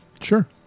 Sure